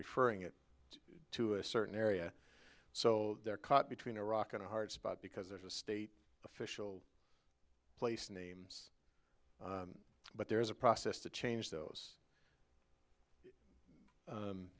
referring it to to a certain area so they're caught between a rock and a hard spot because if a state official place names but there is a process to change those